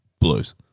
blues